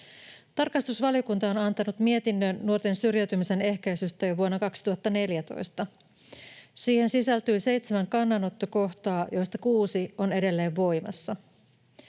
Tarkastusvaliokunta on antanut mietinnön nuorten syrjäytymisen ehkäisystä jo vuonna 2014. Siihen sisältyy seitsemän kannanottokohtaa, joista kuusi on edelleen voimassa.